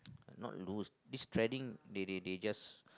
not loose this trading they they they just